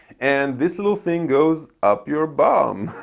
and this little thing goes up your bum.